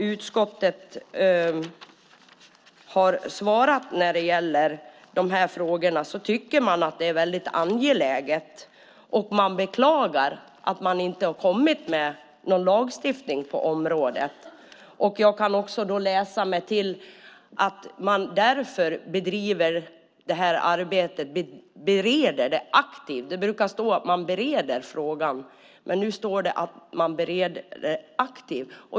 Utskottet har svarat att man tycker att frågorna är angelägna. Utskottet beklagar att det inte har kommit någon lagstiftning på området. Jag kan läsa mig till att arbetet "bereds aktivt". Det brukar stå att man bereder frågan, men nu står det att man bereder den aktivt.